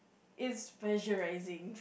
it's pressurizing